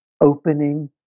opening